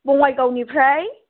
बङाइगावनिफ्राय